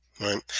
Right